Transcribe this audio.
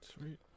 Sweet